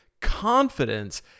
confidence